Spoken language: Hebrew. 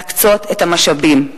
להקצות את המשאבים,